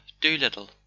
Doolittle